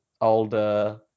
older